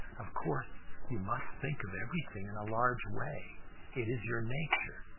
of course you must think of everything in a large way it is your nature.